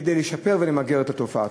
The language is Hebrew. כדי למגר את התופעה.